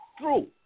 true